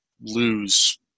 lose